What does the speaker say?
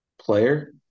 player